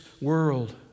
world